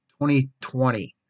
2020